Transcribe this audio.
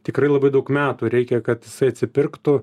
tikrai labai daug metų reikia kad jisai atsipirktų